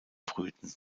brüten